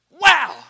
wow